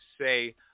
say